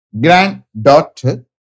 granddaughter